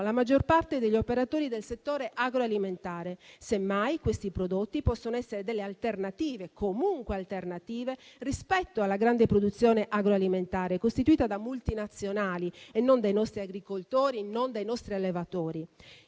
la maggior parte degli operatori del settore agroalimentare. Semmai, questi prodotti possono essere delle alternative (comunque alternative) rispetto alla grande produzione agroalimentare, costituita da multinazionali e non dai nostri agricoltori o dai nostri allevatori.